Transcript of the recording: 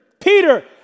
Peter